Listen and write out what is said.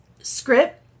script